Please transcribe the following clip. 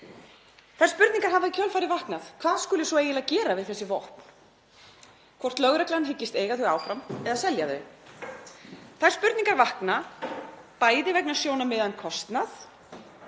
Þær spurningar hafa í kjölfarið vaknað hvað skuli svo eiginlega að gera við þessi vopn, hvort lögreglan hyggist eiga þau áfram eða selja þau. Þær spurningar vakna bæði vegna sjónarmiða um kostnað